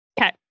Okay